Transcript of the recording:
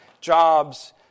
jobs